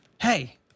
Hey